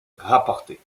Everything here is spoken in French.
rapportée